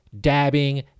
dabbing